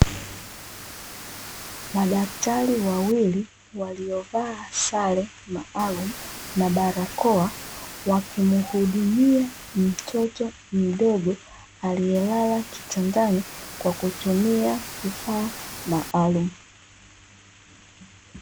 Madaktari wawili waliovaa sare maalumu na barakoa, wakimuhudumia mtoto mdogo aliyelala kitandani kwa kutumia kifaa maalumu.